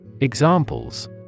Examples